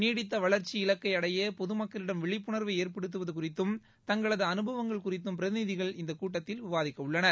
நீடித்த வளர்ச்சி இலக்கை அடைய பொதுமக்களிடம் விழிப்புணர்வை ஏற்படுத்துவது குறித்தும் தங்களது அனுபவங்கள் குறித்தும் பிரதிநிதிகள் இந்த கூட்டத்தில் விவாதிக்கவுள்ளனர்